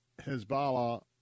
Hezbollah